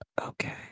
Okay